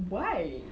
why